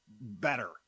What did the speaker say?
better